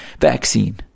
vaccine